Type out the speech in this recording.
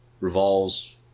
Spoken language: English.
revolves